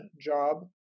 job